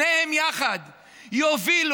שניהם יחד יובילו